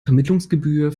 vermittlungsgebühr